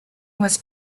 was